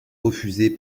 refusé